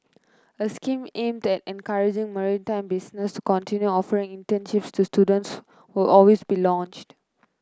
a scheme aimed at encouraging maritime businesses to continue offering internships to students will always be launched